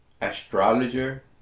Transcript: astrologer